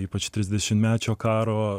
ypač trisdešimtmečio karo